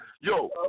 Yo